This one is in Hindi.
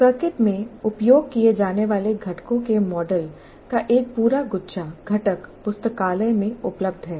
सर्किट में उपयोग किए जाने वाले घटकों के मॉडल का एक पूरा गुच्छा घटक पुस्तकालय में उपलब्ध है